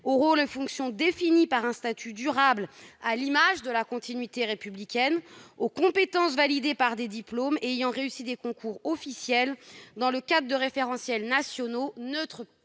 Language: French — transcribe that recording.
aux rôles et fonctions définis par un statut durable à l'image de la continuité républicaine, aux compétences validées par des diplômes et ayant réussi des concours officiels dans le cadre de référentiels nationaux, neutres